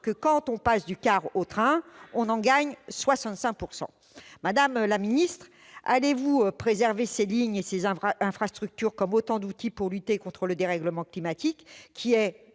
que quand on passe du car au train, on en gagne 65 %». Madame la ministre, allez-vous préserver ces lignes et ces infrastructures comme autant d'outils pour lutter contre le dérèglement climatique, qui est